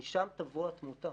משם תבוא התמותה.